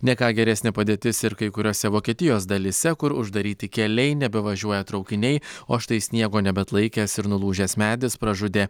ne ką geresnė padėtis ir kai kuriose vokietijos dalyse kur uždaryti keliai nebevažiuoja traukiniai o štai sniego nebeatlaikęs ir nulūžęs medis pražudė